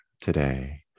today